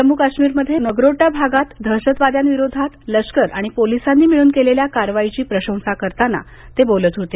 जम्मू काश्मीरमध्ये नगरोटा भागात दहशतवाद्यांविरोधात लष्कर आणि पोलिसांनी मिळून केलेल्या कारवाईची प्रशंसा करताना ते बोलत होते